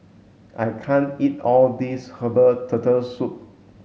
I can't eat all this herbal turtle soup